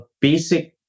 basic